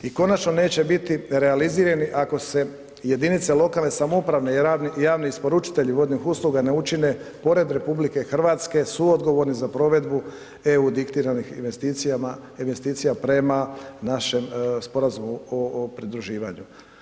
I konačno, neće biti realizirani ako se jedinica lokalne samouprave i javni isporučitelji vodnih usluga ne učine, pored RH, su odgovorni za provedbu EU diktiranih investicija prema našem Sporazumu o pridruživanju.